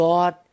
God